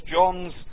John's